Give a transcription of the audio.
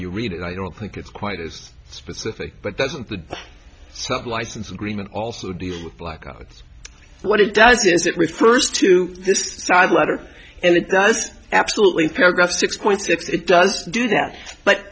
you read it i don't think it's quite as specific but doesn't the sub license agreement also deal with blackouts what it does is it refers to this side letter and it does absolutely paragraph six point six it does do that but